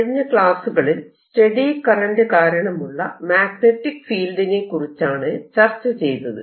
നമ്മൾ കഴിഞ്ഞ ക്ലാസ്സുകളിൽ സ്റ്റെഡി കറന്റ് കാരണമുള്ള മാഗ്നെറ്റിക് ഫീൽഡിനെക്കുറിച്ചാണ് ചർച്ച ചെയ്തത്